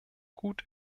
gut